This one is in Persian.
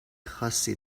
خاصی